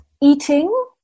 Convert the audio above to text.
eating